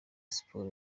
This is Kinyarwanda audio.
siporo